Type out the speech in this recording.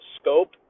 scope